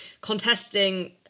contesting